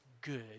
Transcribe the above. good